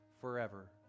forever